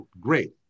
great